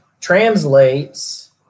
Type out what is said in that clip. translates